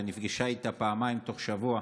ונפגשה איתה פעמיים תוך שבוע.